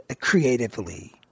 creatively